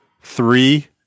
three